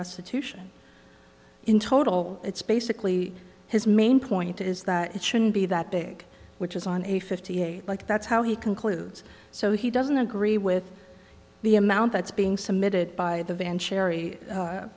restitution in total it's basically his main point is that it shouldn't be that big which is on a fifty a like that's how he concludes so he doesn't agree with the amount that's being submitted by the van cheri